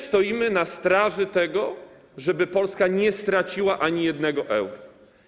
Stoimy na straży, żeby Polska nie straciła ani jednego euro.